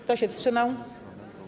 Kto się wstrzymał?